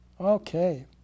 Okay